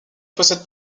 possèdent